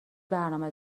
برنامه